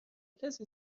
کسی